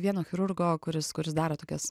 vieno chirurgo kuris kuris daro tokias